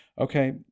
okay